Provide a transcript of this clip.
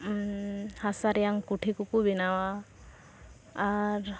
ᱦᱟᱥᱟ ᱨᱮᱭᱟᱝ ᱠᱩᱴᱷᱤ ᱠᱚᱠᱚ ᱵᱮᱱᱟᱣᱟ ᱟᱨ